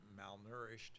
malnourished